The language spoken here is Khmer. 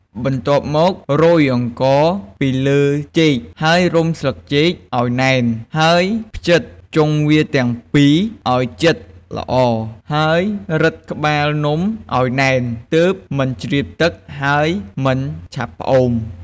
បន្ទាប់មករោយអង្ករពីលើចេកហើយរុំស្លឹកចេកឱ្យណែន ហើយភ្ជិតចុងវាទាំងពីរឱ្យជិតល្អ ហើយរឹតក្បាលនំឱ្យណែនទើបមិនជ្រាបទឹកហើយមិនឆាប់ផ្អូម។